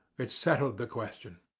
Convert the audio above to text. it settled the question.